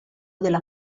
della